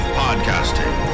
podcasting